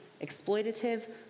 exploitative